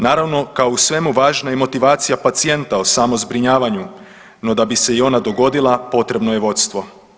Naravno kao u svemu važna je i motivacija pacijenta o samozbrinjavanju, no da bi se i ona dogodila potrebno je vodstvo.